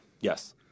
Yes